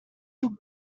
took